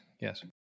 Yes